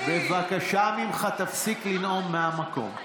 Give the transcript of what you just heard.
בבקשה ממך, תפסיק לנאום מהמקום.